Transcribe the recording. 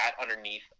underneath